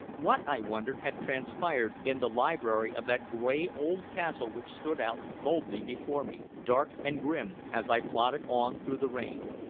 what, i wondered, had transpired in the library of that gray old castle which stood out boldly before me, dark and grim, as i plodded on through the rain?